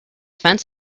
fence